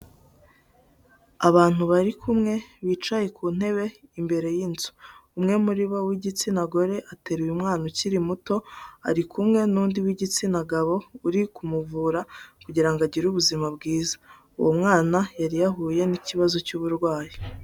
Abantu bari kumwe bicaye ku ntebe imbere y'inzu, umwe muri bo w'igitsina gore ateruye umwana ukiri muto ari kumwe n'undi w'igitsina gabo uri kumuvura kugira ngo agire ubuzima bwiza, uwo mwana yari yahuye n'ikibazo cy'uburwayi.